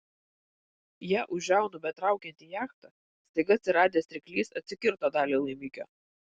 ją už žiaunų betraukiant į jachtą staiga atsiradęs ryklys atsikirto dalį laimikio